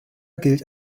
gilt